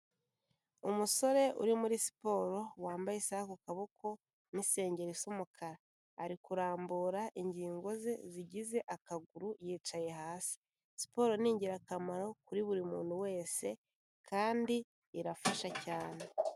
Umusore uri muri siporo wambaye isaha ku kaboko n'insengero isa umukara, ari kurambura ingingo ze zigize akaguru, yicaye hasi. Siporo ni ingirakamaro kuri buri muntu wese kandi irafasha cyane.